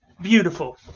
Beautiful